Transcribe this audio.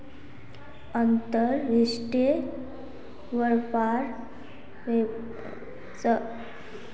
अंतर्राष्ट्रीय व्यापार स अंतर्राष्ट्रीय बाजारत वस्तु आर सेवाके मूल्यत समानता व स छेक